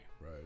Right